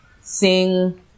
sing